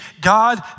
God